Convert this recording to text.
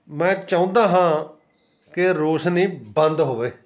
ਮੈਂ ਚਾਹੁੰਦਾ ਹਾਂ ਕਿ ਰੋਸ਼ਨੀ ਬੰਦ ਹੋਵੇ